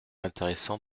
intéressant